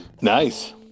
Nice